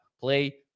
play